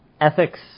Ethics